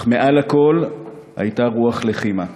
אך מעל לכול הייתה רוח לחימה.